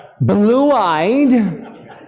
blue-eyed